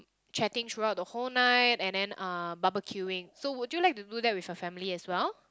chatting throughout the whole night and then uh barbecuing so would you like to do that with your family as well